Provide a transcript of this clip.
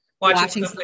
watching